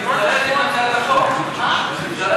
אני רוצה,